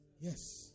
yes